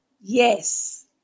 Yes